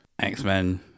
X-Men